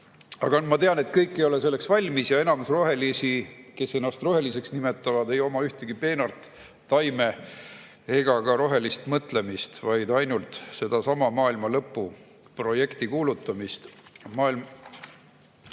Aga ma tean, et kõik ei ole selleks valmis ja enamus rohelisi, kes ennast roheliseks nimetavad, ei oma ühtegi peenart, taime ega ka rohelist mõtlemist, vaid ainult kuulutavad sedasama maailmalõpu projekti. Tegelikult raha